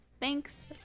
Thanks